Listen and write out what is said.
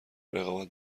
رقابت